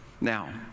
Now